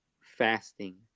fasting